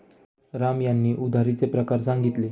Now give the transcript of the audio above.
राम यांनी उधारीचे प्रकार सांगितले